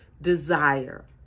desire